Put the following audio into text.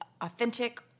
authentic